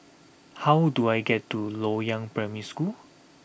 how do I get to Loyang Primary School